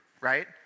right